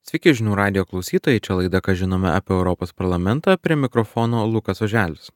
sveiki žinių radijo klausytojai čia laida ką žinome apie europos parlamentą prie mikrofono lukas oželis